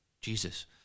jesus